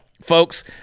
folks